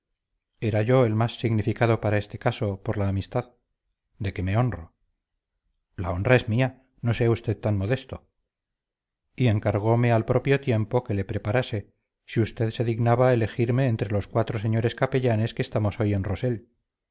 era yo el más significado para este paso por la amistad de que me honro la honra es mía no sea usted tan modesto y encargome al propio tiempo que le preparase si usted se dignaba elegirme entre los cuatro señores capellanes que estamos hoy en rossell